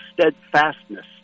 Steadfastness